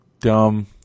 dumb